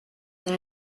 than